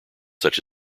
such